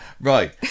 Right